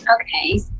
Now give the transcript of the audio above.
Okay